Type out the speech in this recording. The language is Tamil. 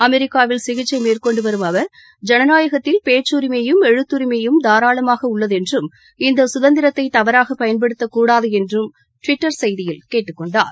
அமெரிக்காவில் சிகிச்சை மேற்கொண்டு வரும் அவர் ஜனநாயகத்தில் பேச்சுரிமையும் எழுத்துரிமையும் தாராளமாக உள்ளது என்றும் இந்த சுதந்திரத்தை தவறாக பயன்படுத்தக் கூடாது என்றும் டுவிட்டர் செய்தியில் கேட்டுக் கொண்டார்